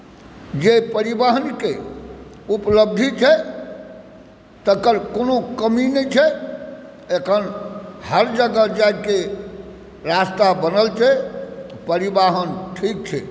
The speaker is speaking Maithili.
जे परिवहनके उपलब्धि छै तकर कोनो कमी नहि छै एखन हर जगह जाइके रास्ता बनल छै परिवहन ठीक छै